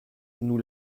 nous